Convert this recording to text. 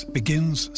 begins